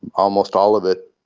almost all of it,